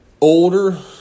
older